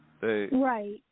Right